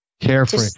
Carefree